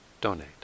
donate